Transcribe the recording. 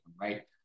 right